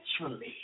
naturally